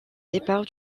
départ